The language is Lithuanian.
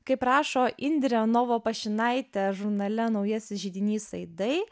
kaip rašo indrė novopašinaitė žurnale naujasis židinys aidai